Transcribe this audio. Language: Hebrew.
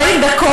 אוהבים אותך.